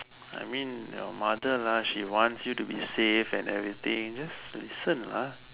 I mean your mother lah she wants you to be safe and every thing just listen lah